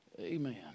Amen